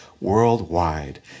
worldwide